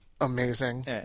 amazing